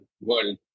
world